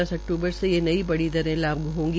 दस अक्तूबर मे से बढ़ी दरे लागू होगी